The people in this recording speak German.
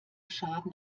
schaden